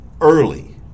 Early